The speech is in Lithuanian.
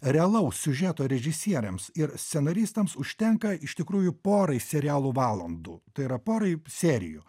realaus siužeto režisieriams ir scenaristams užtenka iš tikrųjų porai serialų valandų tai yra porai serijų